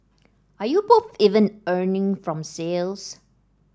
are you both even earning from sales